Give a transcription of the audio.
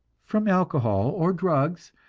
from alcohol, or drugs,